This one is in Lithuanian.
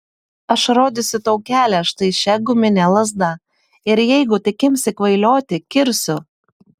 aš rodysiu tau kelią štai šia gumine lazda ir jeigu tik imsi kvailioti kirsiu